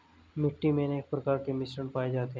मिट्टी मे अनेक प्रकार के मिश्रण पाये जाते है